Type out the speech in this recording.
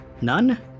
None